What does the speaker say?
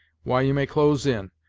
why, you may close in,